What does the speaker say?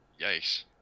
Yikes